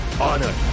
honor